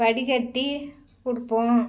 வடிகட்டி குடுப்போம்